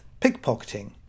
pickpocketing